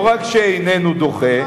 לא רק שהוא איננו דוחה,